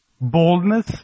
boldness